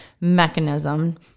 mechanism